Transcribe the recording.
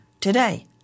today